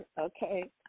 okay